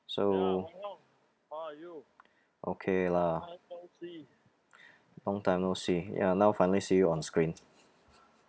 so okay lah long time no see ya now finally see you on screen